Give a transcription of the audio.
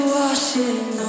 washing